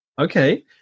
okay